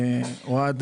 הביטוח.